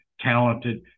talented